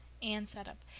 anne sat up.